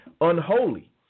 Unholy